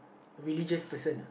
religious person